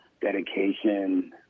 dedication